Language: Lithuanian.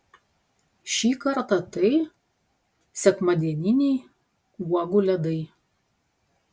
šį kartą tai sekmadieniniai uogų ledai